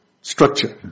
structure